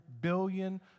billion